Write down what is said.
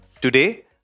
Today